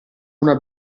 una